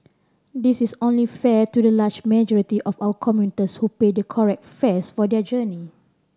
this is only fair to the large majority of our commuters who pay the correct fares for their journey